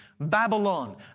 Babylon